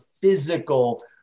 physical